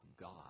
God